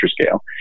scale